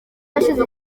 hashize